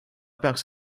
peaks